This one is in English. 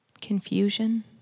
Confusion